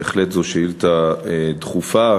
בהחלט זאת שאילתה דחופה.